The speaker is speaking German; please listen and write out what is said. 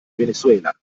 venezuela